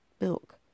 milk